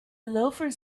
loafers